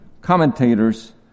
commentators